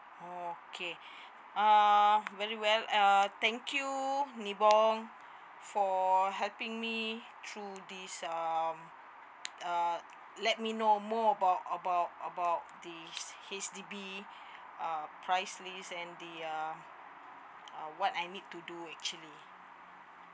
okay uh very well uh thank you nibong for helping me through this um err let me know more about about the H_D_B uh price lit and the um what I need to do actually